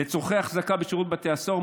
לצורכי החזקה בשירות בתי הסוהר,